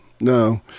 no